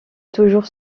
toujours